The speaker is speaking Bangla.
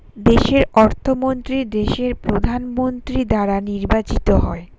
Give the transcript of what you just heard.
দেশের অর্থমন্ত্রী দেশের প্রধানমন্ত্রী দ্বারা নির্বাচিত হয়